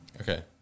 Okay